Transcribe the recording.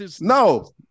No